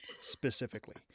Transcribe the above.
specifically